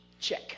check